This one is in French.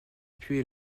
pluie